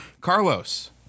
Carlos